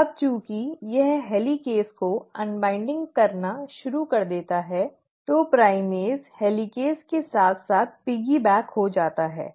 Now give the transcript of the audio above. अब चूंकि यह हेलिकेज़ को अन्वाइन्डिंग करना शुरू कर देता है तो प्राइमेज़ हेलिकेज के साथ साथ पिगीबैक हो जाता है